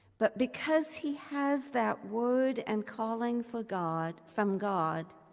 but because he has that word and calling for god, from god,